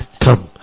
Come